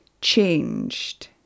changed